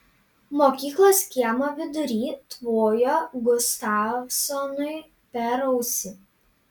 mokyklos kiemo vidury tvojo gustavsonui per ausį